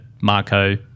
Marco